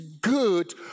good